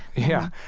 yeah,